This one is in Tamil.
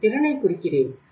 நான் திறனைக் குறிக்கிறேன்